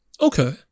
Okay